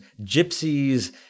gypsies